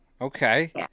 okay